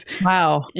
Wow